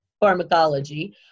pharmacology